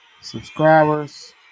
subscribers